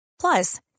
Plus